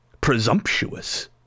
presumptuous